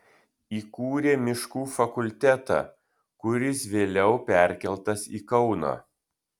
įkūrė miškų fakultetą kuris vėliau perkeltas į kauną